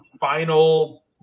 final –